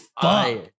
fuck